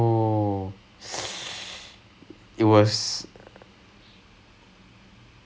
so I made what was bad worst worst worst worst worst worst worst then